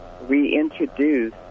reintroduce